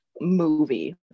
movie